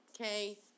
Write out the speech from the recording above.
Okay